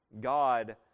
God